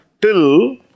till